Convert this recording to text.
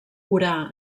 orà